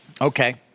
Okay